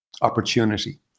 opportunity